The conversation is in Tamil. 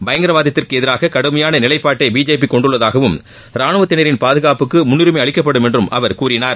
பயங்கரவாதத்திற்கு எதிராக கடுமையாள நிலைப்பாட்டை பிஜேபி கொண்டுள்ளதாகவும் ராணுவத்தினரின் பாதுகாப்புக்கு முன்னுரிமை அளிக்கப்படும் என்று கூறினார்